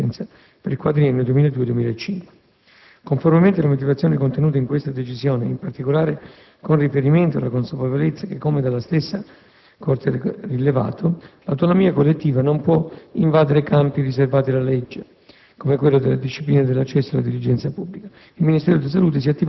dell'accordo quadro per la definizione delle autonome aree di contrattazione della dirigenza per il quadriennio 2002-2005. Conformemente alle motivazioni contenute in questa decisione e, in particolare, con riferimento alla consapevolezza che, come dalla stessa Corte rilevato, l'autonomia collettiva non può invadere campi riservati alla legge,